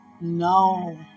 No